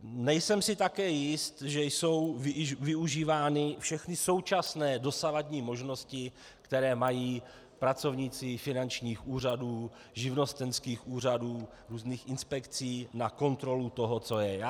Nejsem si také jist, že jsou využívány všechny současné dosavadní možnosti, které mají pracovníci finančních úřadů, živnostenských úřadů, různých inspekcí na kontrolu toho, co je.